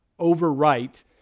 overwrite